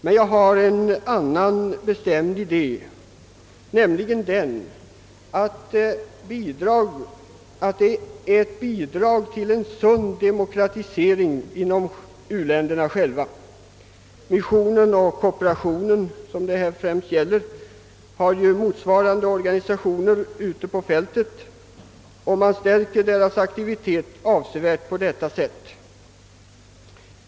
Men jag har en annan bestämd idé, nämligen den, att detta bidrar till en sund demokratisering inom u-länderna själva. Missionen och kooperationen, som det här främst gäller, har ju motsvarande organisationer ute på fältet, och man stärker deras aktivitet avsevärt på detta sätt.